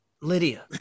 lydia